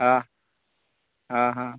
हां हां हां